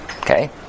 Okay